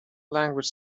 language